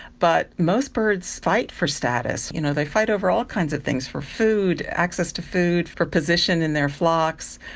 but most birds fight for status, you know they fight over all kinds of things, for food, access to food, for position in their flocks,